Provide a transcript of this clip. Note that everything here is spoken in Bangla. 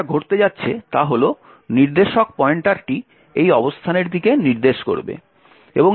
তাহলে যা ঘটতে যাচ্ছে তা হল নির্দেশক পয়েন্টারটি এই অবস্থানের দিকে নির্দেশ করবে